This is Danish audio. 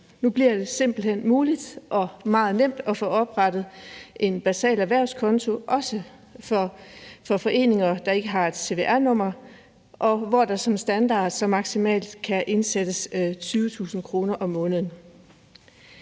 Nu bliver det simpelt hen muligt og meget nemt at få oprettet en basal erhvervskonto, også for foreninger, der ikke har et cvr-nummer, og hvor der som standard så maksimalt kan indsættes 20.000 kr. om måneden.